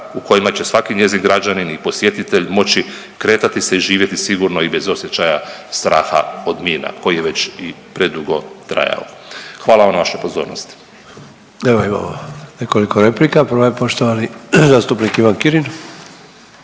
u kojima će svaki njezin građanin i posjetitelj moći kretati se i živjeti sigurno i bez osjećaja straha od mina koji je već i predugo trajao. Hvala vam na vašoj pozornosti. **Sanader, Ante (HDZ)** Evo, imamo nekoliko replika. Prva je poštovani zastupnik Ivan Kirin.